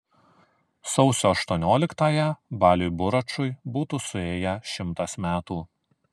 sausio aštuonioliktąją baliui buračui būtų suėję šimtas metų